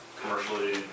commercially